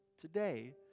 today